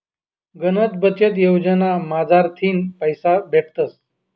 गनच बचत योजना मझारथीन पैसा भेटतस